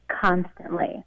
constantly